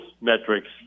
metrics